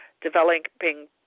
developing